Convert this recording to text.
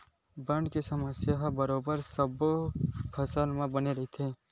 बन के समस्या ह बरोबर सब्बो फसल म बनेच रहिथे